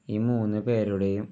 ഈ മൂന്ന് പേരുടെയും